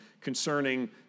concerning